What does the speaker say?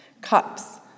cups